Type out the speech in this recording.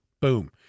Boom